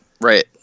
Right